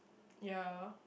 ya